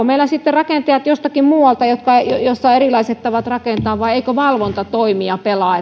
meillä sitten rakentajat jostakin muualta jossa on erilaiset tavat rakentaa vai eikö valvonta toimi ja pelaa